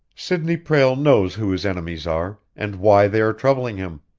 sidney prale knows who his enemies are, and why they are troubling him.